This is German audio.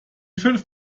fünf